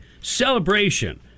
celebration